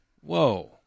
Whoa